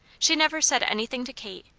she never said anything to kate,